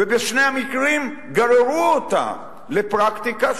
ובשני המקרים גררו אותה לפרקטיקה,